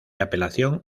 apelación